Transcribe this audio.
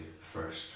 first